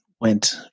went